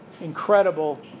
incredible